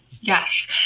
Yes